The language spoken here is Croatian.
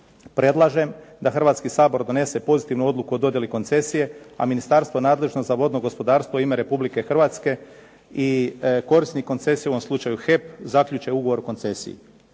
Predlažem da Hrvatski sabor donese pozitivnu odluku o dodjeli koncesije, a ministarstvo nadležno za vodno gospodarstvo u ime Republike Hrvatske i korisnik koncesije u ovom slučaju HEP zaključe ugovor o koncesiji.